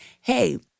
hey